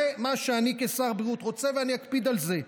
זה מה שאני כשר הבריאות רוצה, ואני אקפיד על זה.